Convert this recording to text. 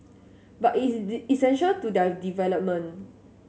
but it's did essential do their development